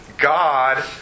God